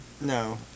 No